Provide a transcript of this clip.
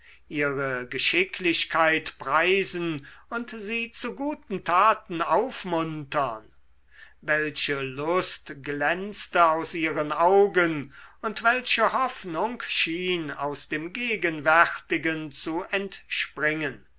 ihre geschicklichkeit preisen und sie zu guten taten aufmuntern welche lust glänzte aus ihren augen und welche hoffnung schien aus dem gegenwärtigen zu entspringen